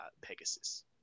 Pegasus